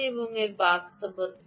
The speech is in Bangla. এই বাস্তবতা কি